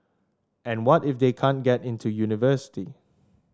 and what if they can't get into university